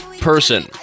person